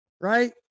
right